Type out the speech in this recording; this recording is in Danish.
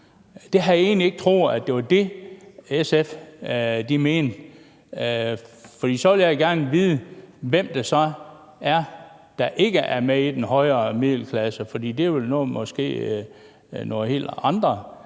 Det havde jeg egentlig ikke troet at SF mente. For så vil jeg gerne vide, hvem det så er, der ikke er med i den højere middelklasse. For det er måske nogle helt andre.